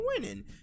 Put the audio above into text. winning